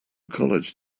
college